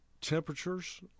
temperatures